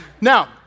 now